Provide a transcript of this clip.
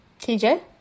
TJ